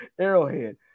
Arrowhead